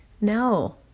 No